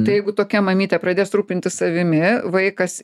tai jeigu tokia mamytė pradės rūpintis savimi vaikas